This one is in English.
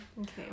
okay